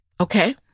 Okay